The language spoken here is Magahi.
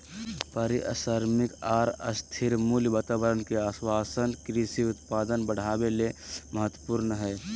पारिश्रमिक आर स्थिर मूल्य वातावरण के आश्वाशन कृषि उत्पादन बढ़ावे ले महत्वपूर्ण हई